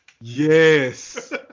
Yes